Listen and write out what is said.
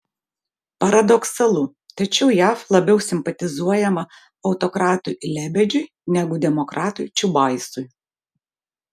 paradoksalu tačiau jav labiau simpatizuojama autokratui lebedžiui negu demokratui čiubaisui